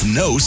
no